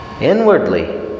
Inwardly